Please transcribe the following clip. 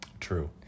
True